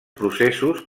processos